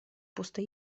pustej